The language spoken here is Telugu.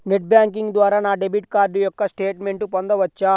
నెట్ బ్యాంకింగ్ ద్వారా నా డెబిట్ కార్డ్ యొక్క స్టేట్మెంట్ పొందవచ్చా?